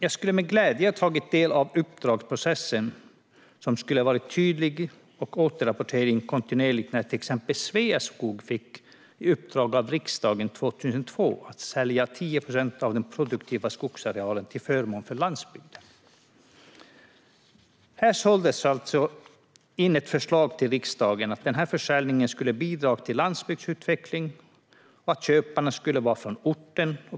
Jag skulle med glädje ha tagit del av en uppdragsprocess som skulle ha varit tydlig och en kontinuerlig återrapportering när Sveaskog fick i uppdrag av riksdagen 2002 att sälja av 10 procent av den produktiva skogsarealen till förmån för landsbygden. Här såldes alltså in ett förslag till riksdagen om denna försäljning som skulle bidra till landsbygdsutveckling, och köparna skulle vara från orten.